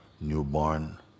newborn